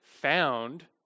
found